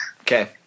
Okay